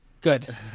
Good